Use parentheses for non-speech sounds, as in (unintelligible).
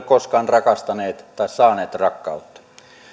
(unintelligible) koskaan rakastaneet tai saaneet rakkautta